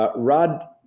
ah rudd,